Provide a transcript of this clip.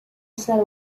said